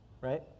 Right